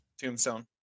Tombstone